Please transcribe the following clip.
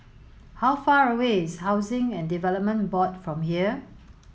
how far away is Housing and Development Board from here